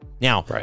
Now